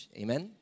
amen